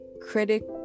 critic